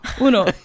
Uno